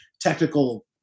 technical